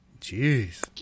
Jeez